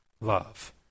love